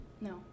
no